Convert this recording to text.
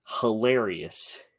hilarious